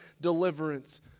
deliverance